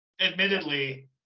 Admittedly